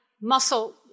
muscle